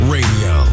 Radio